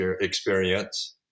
experience